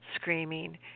screaming